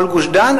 כל גוש-דן,